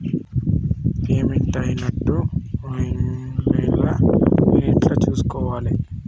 నా పేమెంట్ అయినట్టు online లా నేను ఎట్ల చూస్కోవాలే?